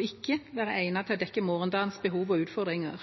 ikke vil være egnet til å dekke morgendagens behov og utfordringer.